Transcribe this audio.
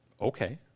Okay